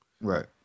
Right